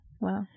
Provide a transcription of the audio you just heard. Wow